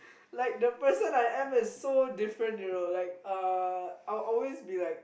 like the person I am is so different you know like uh I will always be like